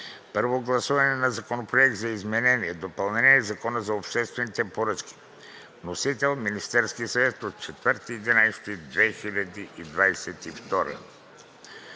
Първо гласуване на Законопроекта за изменение и допълнение на Закона за обществените поръчки. Вносител е Министерският съвет на 4